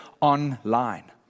online